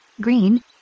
green